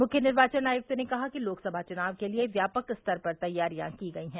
मुख्य निर्वाचन आयुक्त ने कहा कि लोकसभा चुनाव के लिए व्यापक स्तर पर तैयारियां की गई हैं